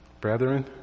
Brethren